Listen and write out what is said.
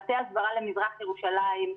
מטה הסברה למזרח ירושלים,